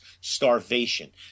starvation